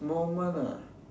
moment ah